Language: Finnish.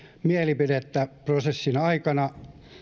mielipidettä prosessin aikana